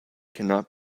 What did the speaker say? cannot